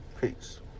Peace